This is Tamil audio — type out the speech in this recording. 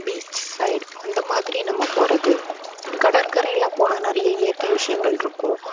பீச் சைடு அந்த மாதிரி நம்ம போறது கடற்கரை எல்லாம் போனா நிறைய இயற்கை விஷயங்கள் இருக்கும்